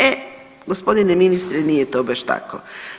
E gospodine ministre nije to baš tako.